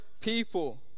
people